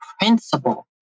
principal